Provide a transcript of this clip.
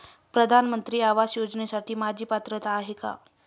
प्रधानमंत्री आवास योजनेसाठी माझी पात्रता आहे का?